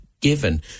given